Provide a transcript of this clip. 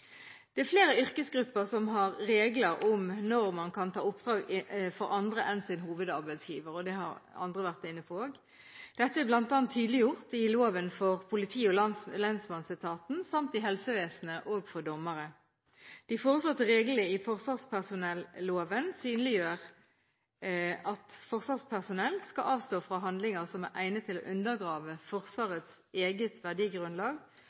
Det er flere yrkesgrupper som har regler om når man kan ta oppdrag for andre enn sin hovedarbeidsgiver, og det har andre vært inne på også. Dette blir bl.a. tydeliggjort i loven for politi- og lensmannsetaten samt i helsevesenet og for dommere. De foreslåtte reglene i forsvarspersonelloven synliggjør at forsvarspersonell skal avstå fra handlinger som er egnet til å undergrave Forsvarets eget verdigrunnlag